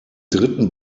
dritten